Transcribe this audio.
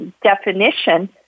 definition